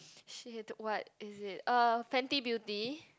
!shit! what is it uh Fenty Beauty